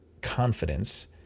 confidence